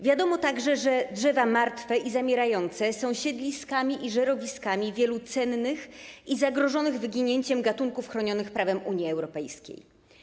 Wiadomo także, że drzewa martwe i zamierające są siedliskami i żerowiskami wielu cennych i zagrożonych wyginięciem gatunków chronionych prawem Unii Europejskiej.